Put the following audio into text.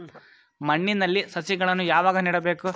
ಮಣ್ಣಿನಲ್ಲಿ ಸಸಿಗಳನ್ನು ಯಾವಾಗ ನೆಡಬೇಕು?